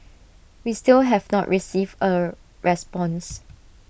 we still have not received A response